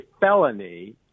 felony